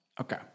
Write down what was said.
Okay